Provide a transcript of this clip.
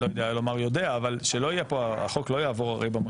אפשר יהיה להשתמש בתרומה לשלם את